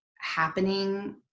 happening